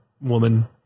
woman